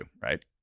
Right